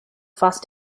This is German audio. fast